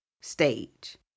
stage